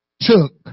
took